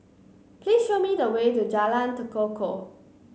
please show me the way to Jalan Tekukor